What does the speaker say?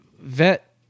vet